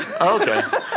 Okay